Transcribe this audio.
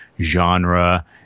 genre